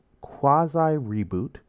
quasi-reboot